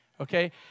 okay